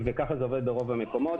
וכך זה עובד ברוב המקומות.